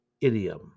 idiom